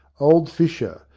old fisher,